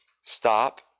stop